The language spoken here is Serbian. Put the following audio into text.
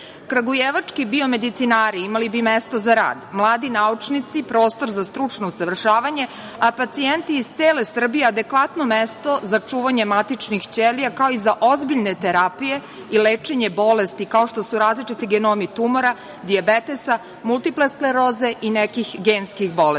bolesti. Kragujevački biomedicinari imali bi mesto za rad, mladi naučnici prostor za stručno usavršavanje, a pacijenti iz cele Srbije adekvatno mesto za čuvanje matičnih ćelija, kao i za ozbiljne terapije i lečenje bolesti kao što su različiti genomi tumora, dijabetesa, multiple skleroze i nekih genskih bolesti.